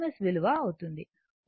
కోణం 0 o అని ముందు చూశాము